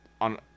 on